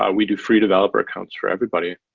ah we do free developer accounts for everybody.